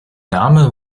name